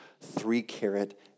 three-carat